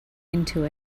into